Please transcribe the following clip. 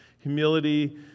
Humility